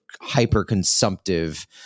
hyper-consumptive